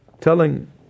telling